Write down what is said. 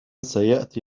سيأتي